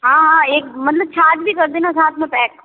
हाँ हाँ एक मतलब छाछ भी कर देना साथ में पैक